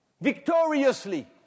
victoriously